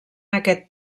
aquest